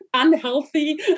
unhealthy